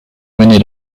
mener